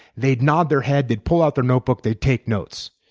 they'd nod their head, they'd pull out their notebook, they'd take notes.